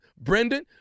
Brendan